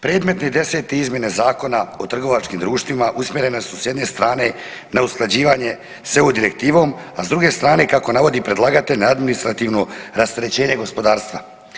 Predmetne desete izmjene Zakona o trgovačkim društvima usmjerene su s jedne strane na usklađivanje sa EU direktivom, a s druge strane kako navodi predlagatelj na administrativno rasterećenje gospodarstva.